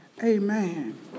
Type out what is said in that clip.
Amen